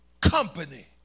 company